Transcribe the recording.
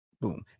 Boom